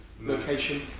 location